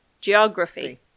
Geography